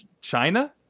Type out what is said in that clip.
China